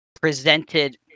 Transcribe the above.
presented